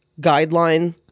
guideline